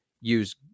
use